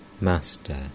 Master